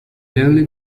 early